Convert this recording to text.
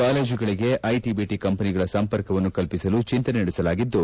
ಕಾಲೇಜುಗಳಿಗೆ IT BT ಕಂಪನಿಗಳ ಸಂಪರ್ಕವನ್ನು ಕಲ್ಪಿಸಲು ಚಿಂತನೆ ನಡೆಸಲಾಗಿದ್ದು